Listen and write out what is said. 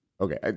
okay